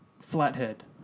flathead